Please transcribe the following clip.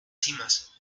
cimas